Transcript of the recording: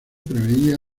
preveía